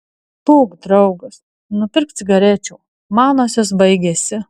būk draugas nupirk cigarečių manosios baigėsi